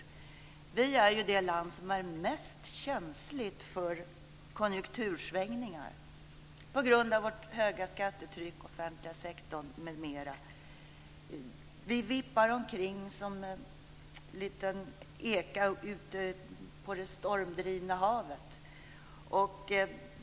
Sverige är det land som är mest känsligt för konjunktursvängningar - på grund av det höga skattetrycket, den offentliga sektorn m.m. Sverige vippar omkring som en liten eka på det stormdrivna havet.